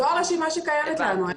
זו הרשימה שקיימת לנו.